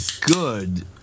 good